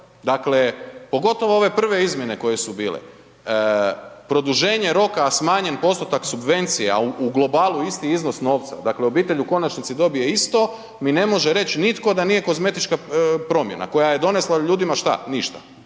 Dakle, pogotovo ove prve izmjene koje su bile. Produženje roka, a smanjen postotak subvencija u globalu isti iznos novca, dakle obitelj u konačnici dobije isto mi ne može reći nitko da nije kozmetička promjena koja je donesla ljudima šta, ništa.